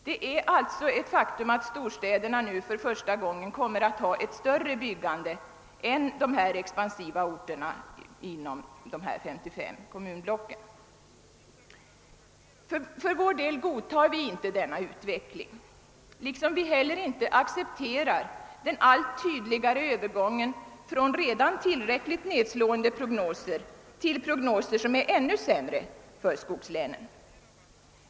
Det är alltså ett faktum att storstäderna nu för första gången kommer att ha ett större byggande än de expansiva orterna inom de 55 kommunblocken. För vår del godtar vi inte denna utveckling, liksom vi inte heller accepterar den allt tydligare övergången från redan tillräckligt nedslående prognoser till prognoser som är ännu sämre för skogslänen.